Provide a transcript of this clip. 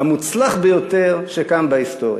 המוצלח ביותר שקם בהיסטוריה.